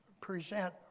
present